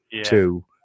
two